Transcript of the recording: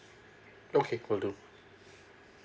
okay will do